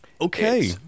Okay